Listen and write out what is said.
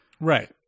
right